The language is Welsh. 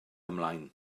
ymlaen